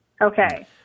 Okay